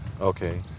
Okay